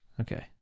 okay